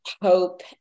hope